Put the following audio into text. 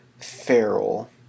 feral